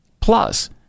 Plus